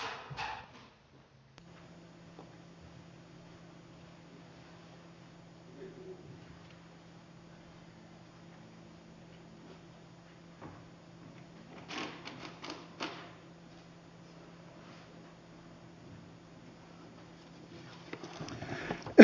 arvoisa puhemies